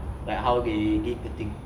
like how they get the thing